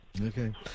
Okay